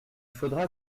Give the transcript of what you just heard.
faudra